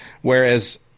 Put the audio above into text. whereas